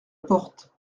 porte